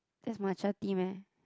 that's matcha tea meh